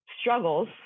struggles